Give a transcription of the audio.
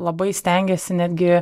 labai stengiasi netgi